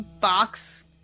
box